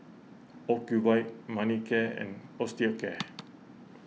Ocuvite Manicare and Osteocare